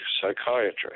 psychiatrist